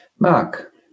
Mark